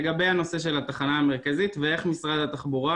לגבי הנושא של התחנה המרכזית ואיך משרד התחבורה